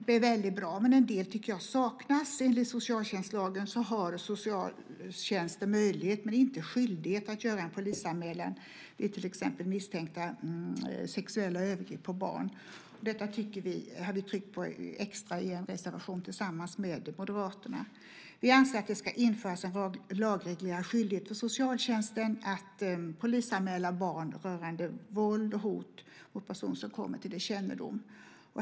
Det är väldigt bra, men en del tycker jag saknas. Enligt socialtjänstlagen har socialtjänsten möjlighet men inte skyldighet att göra en polisanmälan vid till exempel misstänkta sexuella övergrepp på barn. Detta har vi tryckt på extra i en reservation tillsammans med Moderaterna. Vi anser att det ska införas en lagreglerad skyldighet för socialtjänsten att polisanmäla våld och hot mot barn som kommer till dess kännedom.